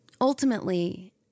ultimately